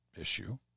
issue